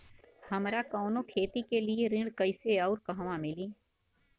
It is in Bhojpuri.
हमरा कवनो खेती के लिये ऋण कइसे अउर कहवा मिली?